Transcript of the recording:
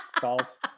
Salt